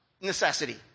Necessity